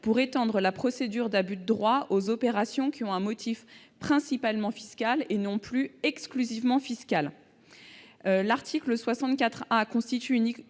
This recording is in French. pour étendre la procédure d'abus de droit aux opérations qui ont un motif principalement fiscal et non plus exclusivement fiscal. L'article L. 64 A du LPF